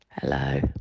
Hello